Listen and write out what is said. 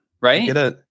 Right